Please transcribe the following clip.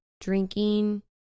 drinking